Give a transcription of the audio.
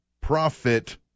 profit